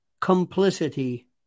complicity